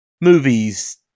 movies